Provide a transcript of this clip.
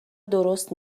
درست